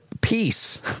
peace